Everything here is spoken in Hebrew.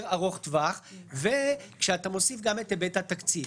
ארוך-טווח וכאשר אתה מוסיף גם את היבט התקציב.